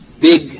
big